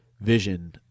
vision